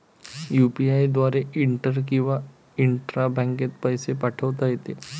UPI द्वारे inter किंवा intra बँकेत पैसे पाठवता येते